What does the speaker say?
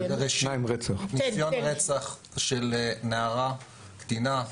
ניסיון רצח של נערה, קטינה.